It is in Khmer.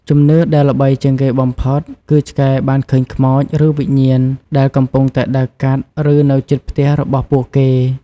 ជំនឿដែលល្បីជាងគេបំផុត គឺឆ្កែបាន ឃើញខ្មោច ឬវិញ្ញាណ ដែលកំពុងតែដើរកាត់ ឬនៅជិតផ្ទះរបស់ពួកគេ។